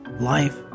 life